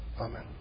Amen